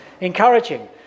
encouraging